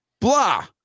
Blah